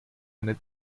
eine